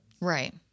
right